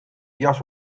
jas